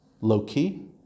Low-key